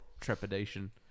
trepidation